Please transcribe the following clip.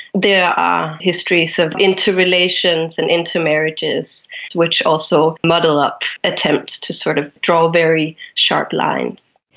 there are histories of interrelations and intermarriages which also muddle up attempts to sort of draw very sharp lines.